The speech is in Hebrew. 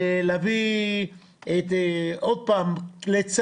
ולהביא עוד פעם לנכים,